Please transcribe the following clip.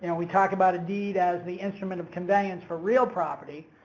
you know we talk about a deed as the instrument of conveyance for real property,